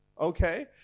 okay